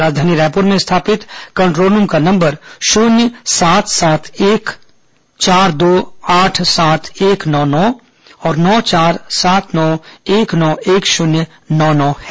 राजधानी रायपुर में स्थापित कंट्रोल रूम का नंबर शून्य सात सात एक चार दो आठ सात एक नौ नौ और नौ चार सात नौ एक नौ एक शून्य नौ नौ है